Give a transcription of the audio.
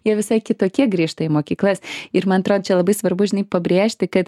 jie visai kitokie grįžta į mokyklas ir man atrodo čia labai svarbu žinai pabrėžti kad